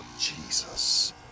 Jesus